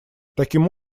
таким